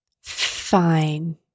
Fine